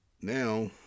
now